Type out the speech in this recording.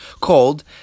called